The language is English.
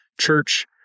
church